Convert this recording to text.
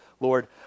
Lord